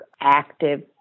active